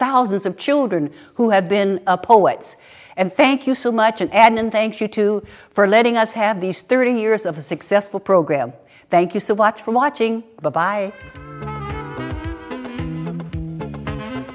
thousands of children who have been a poets and thank you so much and adnan thank you too for letting us have these thirty years of a successful program thank you so watch for watching b